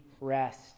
rest